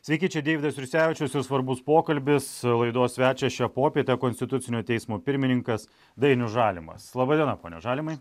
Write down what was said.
sveiki čia deividas jursevičius ir svarbus pokalbis laidos svečias šią popietę konstitucinio teismo pirmininkas dainius žalimas laba diena pone žalimai